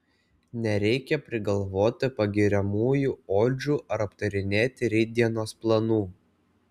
nereikia prigalvoti pagiriamųjų odžių ar aptarinėti rytdienos planų